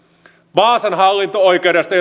vaasan hallinto oikeudesta